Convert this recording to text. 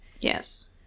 Yes